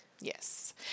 Yes